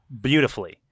beautifully